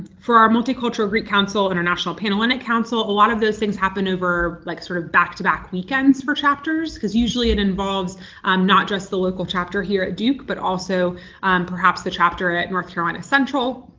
for our multicultural greek council and our national pan-hellenic council, a lot of those things happen over like sort of back-to-back back-to-back weekends for chapters because usually it involves um not just the local chapter here at duke but also perhaps the chapter at north carolina central,